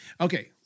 Okay